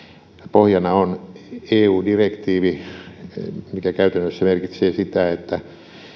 pohjana on eu direktiivi mikä käytännössä merkitsee sitä että